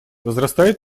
возрастает